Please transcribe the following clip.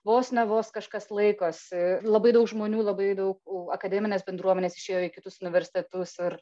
vos ne vos kažkas laikosi labai daug žmonių labai daug akademinės bendruomenės išėjo į kitus universitetus ir